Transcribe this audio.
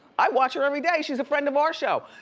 i watch her every day. she's friend of our show,